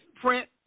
print